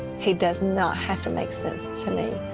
he does not have to make sense to me.